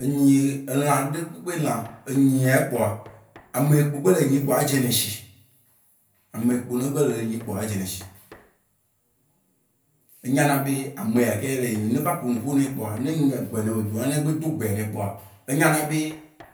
Enyi, elã ɖe kpekpe lã, enyi yea kpoa ame yi gbe le enyim kpoa, edze nae shi. Ame yi gbe le enyim kpoa edze nae shi. Enya na be ame ya kaye le ye nyim. Ne eva ƒo nu ƒo ne kpoa, ne nye egbe yi wo dona, ne egbe dó egbea nae kpoa, enya na be